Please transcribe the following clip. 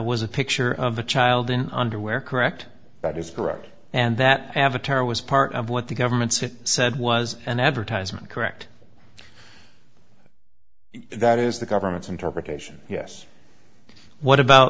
was a picture of a child in underwear correct that is correct and that avatar was part of what the government's it said was an advertisement correct that is the government's interpretation yes what about